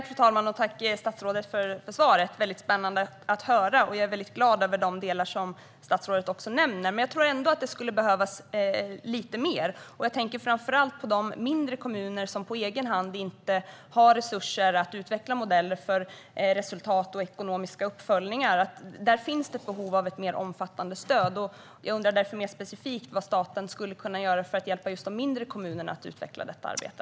Fru talman! Tack, statsrådet, för svaret! Det var spännande att höra. Jag är väldigt glad över de delar som statsrådet nämner, men jag tror ändå att det skulle behövas lite mer. Jag tänker framför allt på de mindre kommuner som själva inte har resurser att utveckla modeller för resultat och ekonomisk uppföljning. Där finns ett behov av mer omfattande stöd. Jag undrar: Vad mer specifikt skulle staten kunna göra för att hjälpa de mindre kommunerna att utveckla detta arbete?